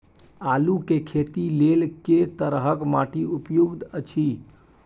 आलू के खेती लेल के तरह के माटी उपयुक्त अछि?